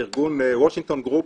ארגון וושינגטון גרופ,